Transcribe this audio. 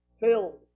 filled